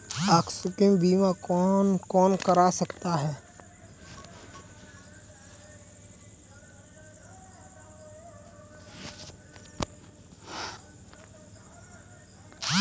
आकस्मिक बीमा कौन कौन करा सकता है?